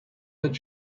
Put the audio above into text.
that